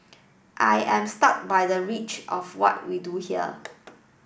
I am struck by the reach of what we do here